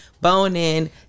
bone-in